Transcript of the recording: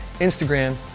Instagram